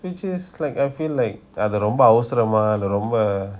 which is like I feel like அது ரொம்ப ஆவுசரமா அது ரொம்ப:athu romba aavusarama athu romba